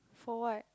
for what